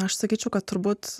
aš sakyčiau kad turbūt